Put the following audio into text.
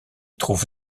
trouve